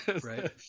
right